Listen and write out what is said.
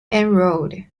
enrolled